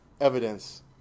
evidence